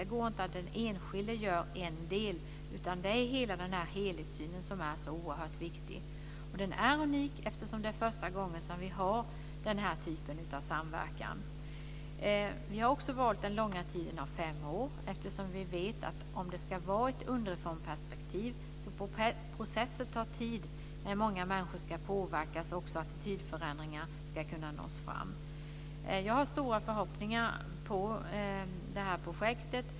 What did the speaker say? Det fungerar inte att en enskild part gör en del, utan det är denna helhetssyn som är så oerhört viktig. Den är unik eftersom det är första gången som vi har den här typen av samverkan. Vi har också valt den långa tiden av fem år eftersom vi vet att processer tar tid, särskilt som det ska vara ett underifrånperspektiv. Det är många människor som ska påverkas för att attitydförändringar ska kunna växa fram. Jag har stora förhoppningar på det här projektet.